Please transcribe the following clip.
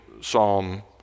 Psalm